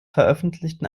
veröffentlichten